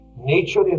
nature